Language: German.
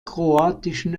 kroatischen